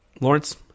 Lawrence